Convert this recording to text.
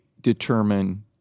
determine